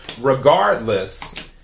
Regardless